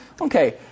Okay